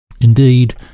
Indeed